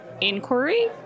inquiry